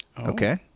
Okay